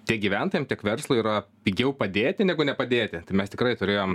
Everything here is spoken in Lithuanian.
tiek gyventojam tiek verslui yra pigiau padėti negu nepadėti tai mes tikrai turėjom